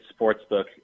sportsbook